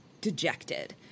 dejected